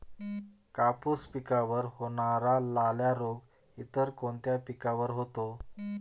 कापूस पिकावर होणारा लाल्या रोग इतर कोणत्या पिकावर होतो?